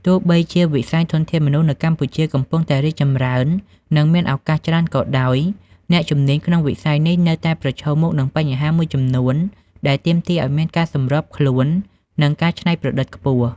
ទោះបីជាវិស័យធនធានមនុស្សនៅកម្ពុជាកំពុងតែរីកចម្រើន និងមានឱកាសច្រើនក៏ដោយ អ្នកជំនាញក្នុងវិស័យនេះនៅតែប្រឈមមុខនឹងបញ្ហាមួយចំនួន ដែលទាមទារឱ្យមានការសម្របខ្លួន និងការច្នៃប្រឌិតខ្ពស់។